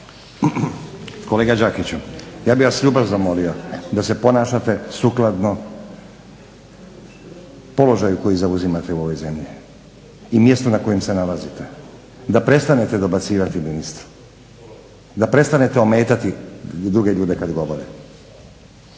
Kolega Đakić ja bih vas ljubazno molio da se ponašate sukladno položaju koji zauzimate u ovoj zemlji i mjestu na kojem se nalazite. Da prestanete dobacivati ministru, da prestanete ometati druge ljude kad govore.